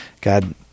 God